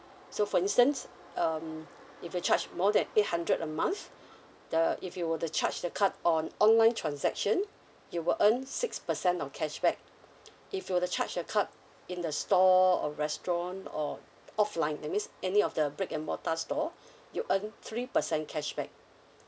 so for instance um if you charge more than eight hundred a month the if you were to charge the card on online transaction you will earn six percent of cashback if you were to charge the card in the store or restaurant or offline that means any of the brick and mortar store you earn three percent cashback